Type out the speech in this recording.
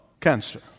cancer